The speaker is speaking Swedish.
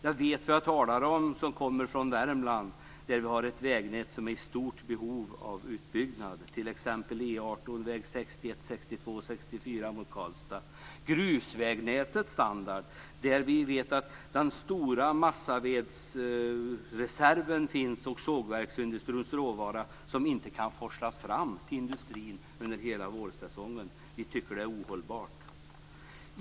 Jag vet vad jag talar om som kommer från Värmland där vi har ett vägnät som är i stort behov av utbyggnad. Det gäller t.ex. E 18, väg 61, 62 och 64 mot Karlstad. Grusvägnätets standard är dålig. Vi vet att den stora massavedsreserven finns där, och sågverksindustrins råvara kan inte forslas fram till industrin under hela vårsäsongen. Vi tycker det är ohållbart.